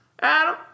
Adam